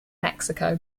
mexico